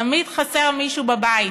תמיד חסר מישהו בבית.